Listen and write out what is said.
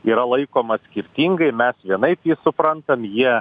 yra laikomas skirtingai mes vienaip suprantam jie